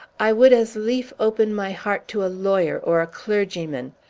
i would as lief open my heart to a lawyer or a clergyman!